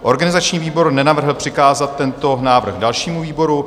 Organizační výbor nenavrhl přikázat tento návrh dalšímu výboru.